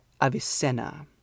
Avicenna